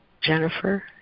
Jennifer